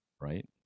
right